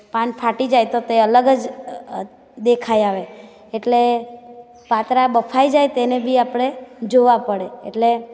પાન ફાટી જાય તો તે અલગ જ દેખાઈ આવે એટલે પાતરા બફાઈ જાય તેને બી આપણે જોવાં પડે એટલે